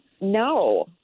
No